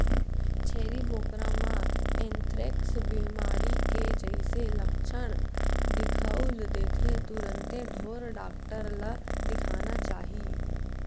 छेरी बोकरा म एंथ्रेक्स बेमारी के जइसे लक्छन दिखउल देथे तुरते ढ़ोर डॉक्टर ल देखाना चाही